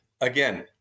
Again